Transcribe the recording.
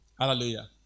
Hallelujah